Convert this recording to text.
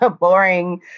boring